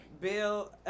Bill